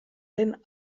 den